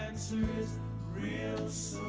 and soon as the a's